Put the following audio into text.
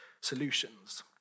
solutions